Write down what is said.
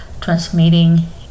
transmitting